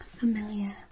Familiar